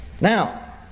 Now